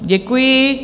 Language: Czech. Děkuji.